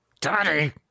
Daddy